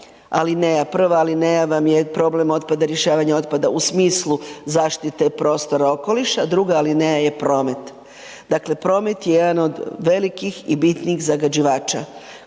alineja, prva alineja vam je problem otpada, rješavanje otpada u smislu zaštite prostora i okoliša, druga alineja je promet. Dakle promet je jedan od velikih i bitnih zagađivača